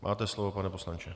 Máte slovo, pane poslanče.